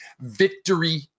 Victory